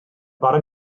bara